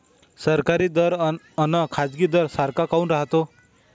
सरकारी दर अन खाजगी दर सारखा काऊन नसतो?